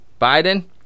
Biden